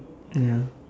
ah ya